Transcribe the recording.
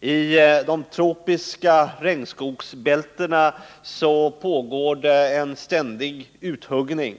I de tropiska regnskogsbältena pågår en ständig uthuggning.